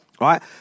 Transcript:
right